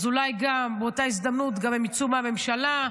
אז אולי באותה הזדמנות הם גם יצאו מהממשלה.